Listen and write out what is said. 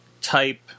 type